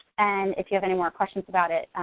and if you have any more questions about it,